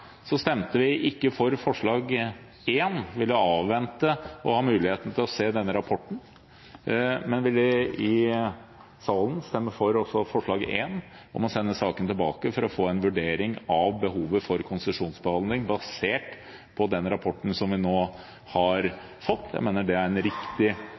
for forslag nr. 1. Vi ville avvente og ha mulighet til å se rapporten. Men vi vil i salen stemme for også forslag nr. 1, om å sende saken tilbake for å få en vurdering av behovet for konsesjonsbehandling, basert på den rapporten som vi nå har fått. Jeg mener det er en riktig